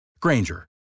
Granger